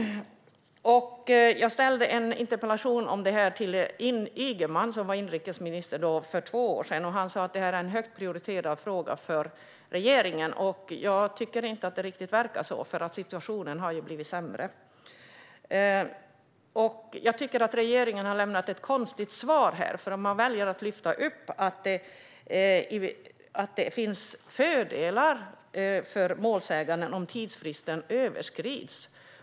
För två år sedan ställde jag en interpellation om detta till Ygeman, som då var inrikesminister. Han sa att detta är en högt prioriterad fråga för regeringen. Jag tycker inte riktigt att det verkar så, för situationen har blivit sämre. Jag tycker att regeringen har lämnat ett konstigt svar här. Man väljer att lyfta upp att det finns fördelar för målsäganden om tidsfristen överskrids.